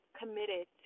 committed